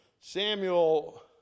Samuel